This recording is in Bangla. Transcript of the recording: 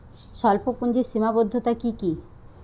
স্বল্পপুঁজির সীমাবদ্ধতা কী কী?